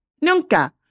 nunca